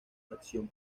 acción